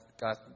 got